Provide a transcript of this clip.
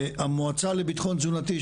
המועצה לביטחון תזונתי,